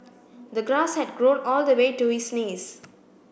the grass had grown all the way to his knees